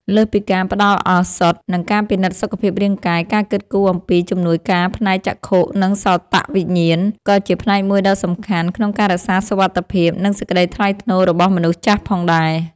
លើសពីការផ្ដល់ឱសថ និងការពិនិត្យសុខភាពរាងកាយ ការគិតគូរអំពី ជំនួយការផ្នែកចក្ខុ និងសោតវិញ្ញាណ ក៏ជាផ្នែកមួយដ៏សំខាន់ក្នុងការរក្សាសុវត្ថិភាព និងសេចក្តីថ្លៃថ្នូររបស់មនុស្សចាស់ផងដែរ។